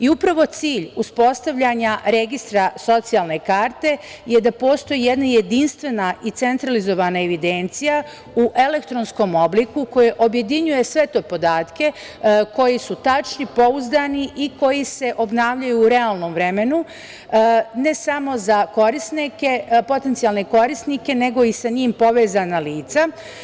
Upravo cilj uspostavljanja registra socijalne karte je da postoji jedna jedinstvena i centralizovana evidencija u elektronskom obliku koja objedinjuje sve te podatke, koji su tačni, pouzdani i koji se obnavljaju u realnom vremenu, ne samo za potencijalne korisnike, nego i sa njim povezana lica.